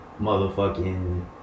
motherfucking